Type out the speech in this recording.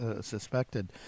suspected